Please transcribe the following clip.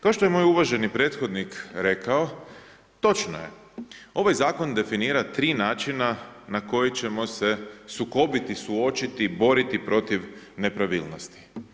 Kao što je moj uvaženi prethodnik rekao, točno je ovaj zakon definira tri načina na koji ćemo se sukobiti, suočiti, boriti protiv nepravilnosti.